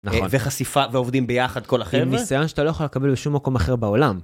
נכון. וחשיפה ועובדים ביחד כל החבר'ה? זה ניסיון שאתה לא יכול לקבל בשום מקום אחר בעולם.